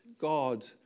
God